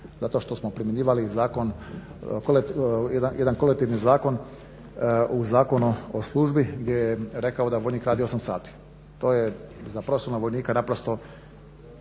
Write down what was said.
zato što smo primjenjivali jedan kolektivni zakon u Zakonu o službi gdje je rekao da vojnik radi 8 sati. To je za profesionalnog vojnika naprosto